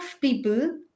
people